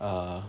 uh